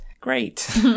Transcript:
Great